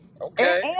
Okay